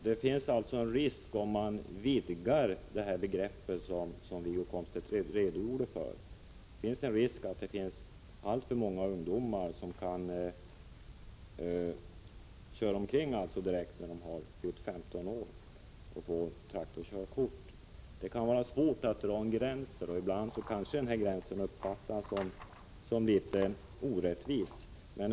Herr talman! Om man vidgar begreppet på det sätt som Wiggo Komstedt redogjorde för finns det en risk för att alltför många ungdomar skulle köra omkring direkt när de har fyllt 15 år och får traktorkörkort. Det kan vara svårt att dra en gräns, och ibland kanske gränsen uppfattas som orättvis.